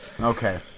Okay